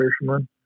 fisherman